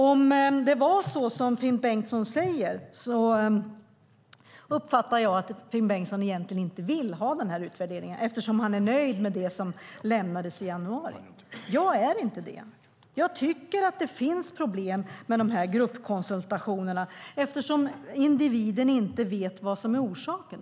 Om det är så som Finn Bengtsson säger uppfattar jag att Finn Bengtsson egentligen inte vill ha utvärderingen, eftersom han är nöjd med det som lämnades i januari. Jag är inte det. Jag tycker att det finns problem med gruppkonsultationerna eftersom individen inte vet vad som är orsaken.